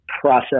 process